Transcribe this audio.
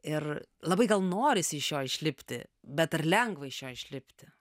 ir labai gal norisi iš jo išlipti bet ar lengva iš jo išlipti